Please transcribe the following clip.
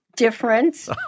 difference